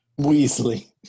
Weasley